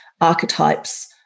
archetypes